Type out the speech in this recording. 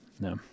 No